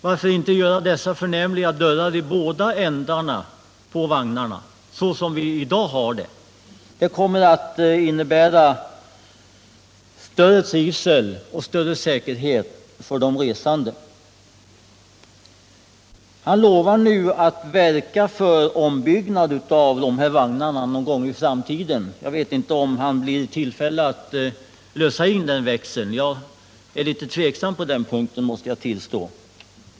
Varför inte sätta dessa förnämliga dörrar i båda ändarna på vagnarna, såsom vi har det i dag? Det skulle innebära större trivsel och bättre säkerhet för de resande. Kommunikationsministern lovar nu att verka för ombyggnad av vagnarna någon gång i framtiden. Jag vet ju inte om han blir i tillfälle att lösa in den växeln; jag är litet tveksam på den punkten, måste jag tillstå.